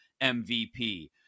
MVP